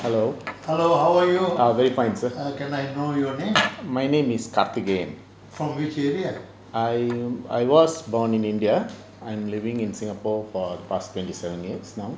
hello how are you can I know your name from which area